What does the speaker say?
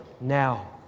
now